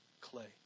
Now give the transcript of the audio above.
clay